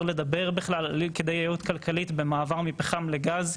לדבר בכלל על כדאיות כלכלית במעבר מפחם לגז,